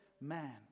man